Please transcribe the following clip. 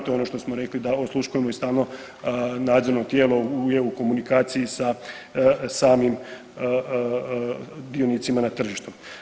To je ono što smo rekli da osluškujemo i stalno nadzorno tijelo je u komunikaciji sa samim dionicima na tržištu.